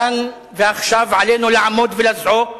כאן ועכשיו עלינו לעמוד ולזעוק